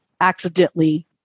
accidentally